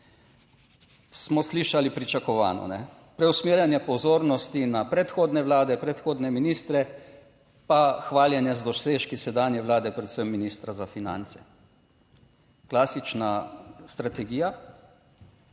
smo slišali pričakovano. Preusmerjanje pozornosti na predhodne vlade, predhodne ministre, pa hvaljenje z dosežki sedanje vlade, predvsem ministra za finance. Klasična strategija,